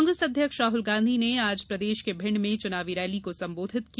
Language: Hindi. कांग्रेस अध्यक्ष राहुल गांधी ने आज प्रदेश के भिंड में चुनावी रैली को संबोधित किया